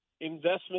investment